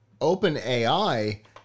OpenAI